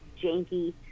janky